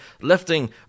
lifting